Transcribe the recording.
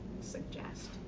suggest